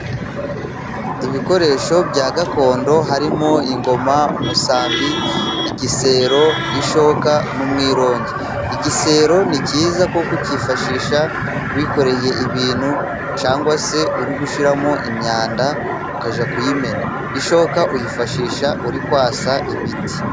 Ibikoresho bya gakondo harimo ingoma, umusambi, igisero, ishoka n'umwirongi. Igisebo ni kiza kuko kifashishwa wikoreye ibintu cyangwa se uri gushyiramo imyanda ukajya kuyimena. ishoka uyifashisha uri kwasa ibiti.